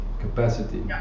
capacity